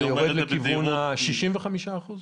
זה יורד לכיוון ה-65%?